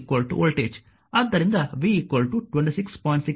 67 volt